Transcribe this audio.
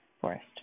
forest